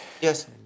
Yes